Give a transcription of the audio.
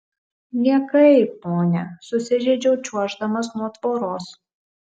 niekai ponia susižeidžiau čiuoždamas nuo tvoros